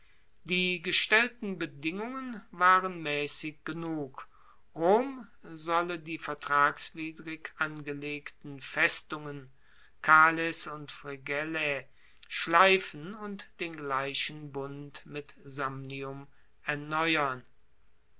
die gestellten bedingungen waren maessig genug rom solle die vertragswidrig angelegten festungen cales und fregellae schleifen und den gleichen bund mit samnium erneuern